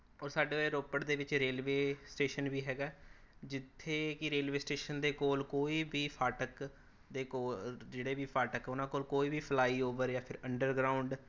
ਔਰ ਸਾਡੇ ਰੋਪੜ ਦੇ ਵਿੱਚ ਰੇਲਵੇ ਸਟੇਸ਼ਨ ਵੀ ਹੈਗਾ ਜਿੱਥੇ ਕਿ ਰੇਲਵੇ ਸਟੇਸ਼ਨ ਦੇ ਕੋਲ ਕੋਈ ਵੀ ਫਾਟਕ ਦੇ ਕੋਲ ਜਿਹੜੇ ਵੀ ਫਾਟਕ ਉਨ੍ਹਾਂ ਕੋਲ ਕੋਈ ਵੀ ਫਲਾਈਓਵਰ ਜਾਂ ਫਿਰ ਅੰਡਰਗਰਾਊਂਡ